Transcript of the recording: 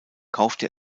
kaufte